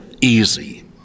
easy